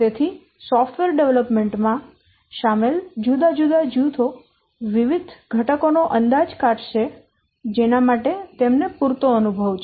તેથી software development માં સામેલ જુદા જુદા જૂથો વિવિધ ઘટકો નો અંદાજ કાઢશે જેના માટે તેમને પૂરતો અનુભવ છે